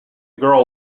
girl